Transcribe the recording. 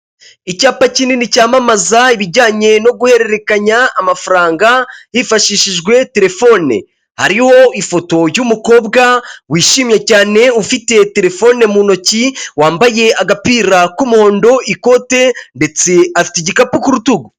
Icyapa kinini cyamamaza ibijyanye no guhererekanya amafaranga hifashishijwe telefone, hariho ifoto y'umukobwa wishimye cyane ufitiye telefone mu ntoki wambaye agapira k'umuhondo, ikote ndetse afite igikapu ku rutugu.